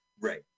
Right